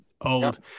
old